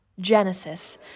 Genesis